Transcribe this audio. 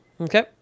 Okay